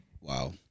Wow